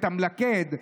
את המלכד,